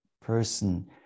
person